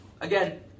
again